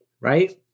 right